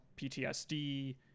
PTSD